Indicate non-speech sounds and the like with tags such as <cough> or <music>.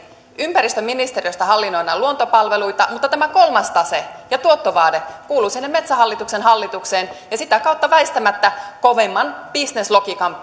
ympäristöministeriöstä hallinnoidaan luontopalveluita mutta tämä kolmas tase ja tuottovaade kuuluvat sinne metsähallituksen hallitukseen ja sitä kautta väistämättä kovemman bisneslogiikan <unintelligible>